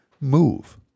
move